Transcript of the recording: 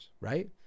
right